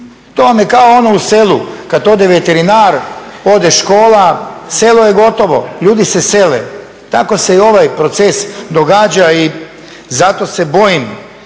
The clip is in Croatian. To vam je kao ono u selu kad ode veterinar, ode škola, selo je gotovo, ljudi se sele. Tako se i ovaj proces događa i zato se bojim